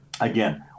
again